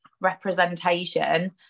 representation